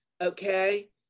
okay